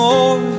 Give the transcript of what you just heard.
More